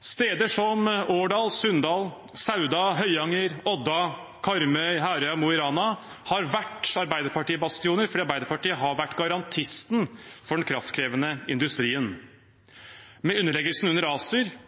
Steder som Årdal, Sunndal, Sauda, Høyanger, Odda, Karmøy, Herøya og Mo i Rana har vært Arbeiderparti-bastioner, for Arbeiderpartiet har vært garantisten for den kraftkrevende industrien. Med underleggelsen under ACER